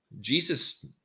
Jesus